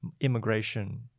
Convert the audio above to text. immigration